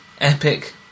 epic